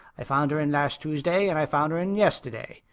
i found her in last tuesday and i found her in yesterday.